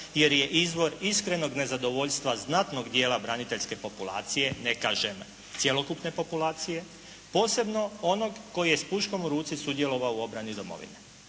jer je izvor iskrenog nezadovoljstva znatnog dijela braniteljske populacije, ne kažem cjelokupne populacije posebno onog koji je s puškom u ruci sudjelovao u obrani domovine.